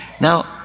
Now